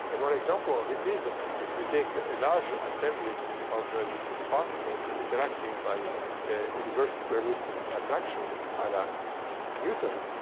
and one example of it is that if you take a large assembly of and particles interacting by inverse square root attraction a la newton,